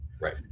Right